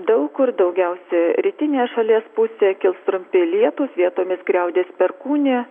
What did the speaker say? daug kur daugiausia rytinėje šalies pusėje kils trumpi lietūs vietomis griaudės perkūnija